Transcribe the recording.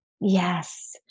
Yes